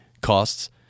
costs